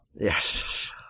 Yes